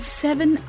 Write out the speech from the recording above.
seven